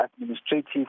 administrative